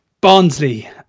Barnsley